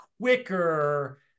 quicker